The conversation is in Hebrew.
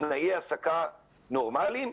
בתנאי העסקה נורמליים?